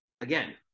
again